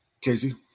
Casey